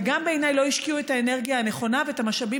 ובעיניי גם לא השקיעו את האנרגיה הנכונה ואת המשאבים